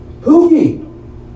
pookie